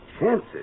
chances